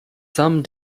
some